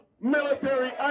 Military